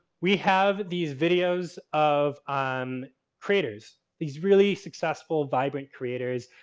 we have these videos of um creators, these really successful vibrant creators.